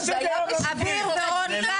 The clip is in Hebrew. אביר ורון כץ.